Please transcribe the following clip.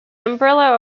umbrella